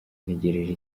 ntegereje